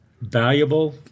valuable